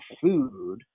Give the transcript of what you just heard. food